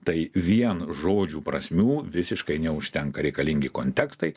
tai vien žodžių prasmių visiškai neužtenka reikalingi kontekstai